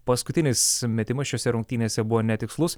paskutinis metimas šiose rungtynėse buvo netikslus